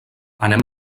anem